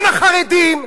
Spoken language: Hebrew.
כן, החרדים.